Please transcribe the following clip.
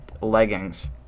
leggings